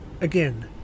again